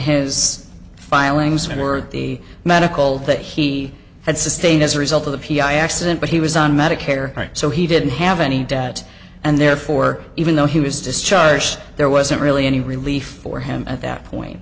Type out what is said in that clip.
filings were the medical that he had sustained as a result of the p i accident but he was on medicare so he didn't have any debt and therefore even though he was discharged there wasn't really any relief for him at that point